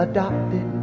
Adopted